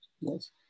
Yes